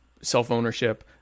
self-ownership